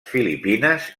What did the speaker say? filipines